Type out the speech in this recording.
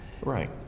right